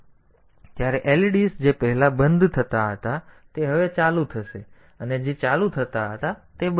તેથી જ્યારે તેના પૂરક બને છે ત્યારે leds જે પહેલા બંધ હતા તે હવે ચાલુ થશે અને જે પહેલા ચાલુ હતા તે હવે બંધ થશે